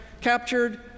captured